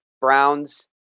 Browns